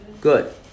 Good